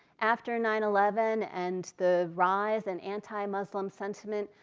after nine eleven and the rise in antimuslim sentiment,